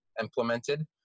implemented